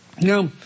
Now